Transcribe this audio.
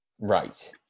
Right